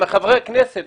מחברי הכנסת,